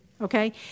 Okay